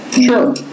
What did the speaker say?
sure